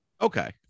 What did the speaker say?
okay